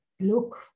look